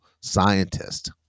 scientist